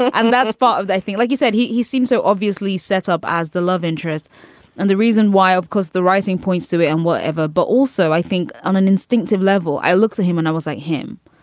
and that's part of i think like you said, he he seemed so obviously set up as the love interest and the reason why, of course, the rising points to it and whatever. but also i think on an instinctive level, i looks at him and i was like him.